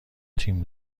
تیم